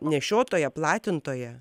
nešiotoja platintoja